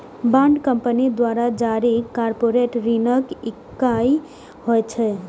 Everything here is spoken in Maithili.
बांड कंपनी द्वारा जारी कॉरपोरेट ऋणक इकाइ होइ छै